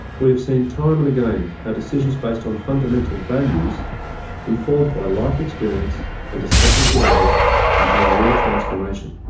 we have seen time and again how decisions based on fundamental values informed by life experience and discussions with others can bring real transformation.